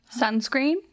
sunscreen